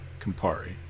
Campari